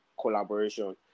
collaboration